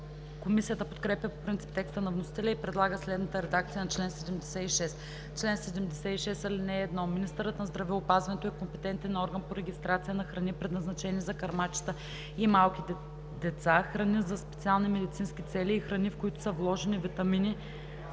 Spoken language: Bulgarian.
Комисията подкрепя по принцип текста на вносителя и предлага следната редакция на чл. 76: „Чл. 76. (1) Министърът на здравеопазването е компетентен орган по регистрация на храни, предназначени за кърмачета и малки деца, храни за специални медицински цели и храни, в които са вложени витамини,